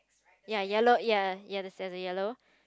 ya yellow ya ya the stairs are yellow